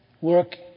work